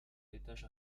l’étage